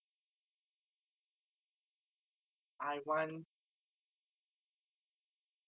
I want